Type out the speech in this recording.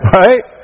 right